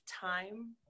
time